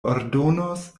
ordonos